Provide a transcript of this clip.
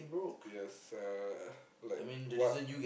yes uh like what